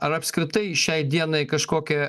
ar apskritai šiai dienai kažkokią